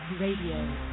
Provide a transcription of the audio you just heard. Radio